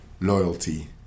loyalty